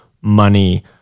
money